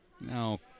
Now